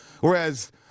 Whereas